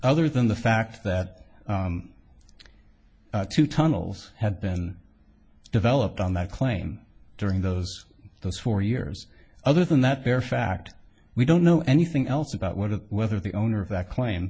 other than the fact that two tunnels had been developed on that claim during those those four years other than that bare fact we don't know anything else about one of whether the owner of that claim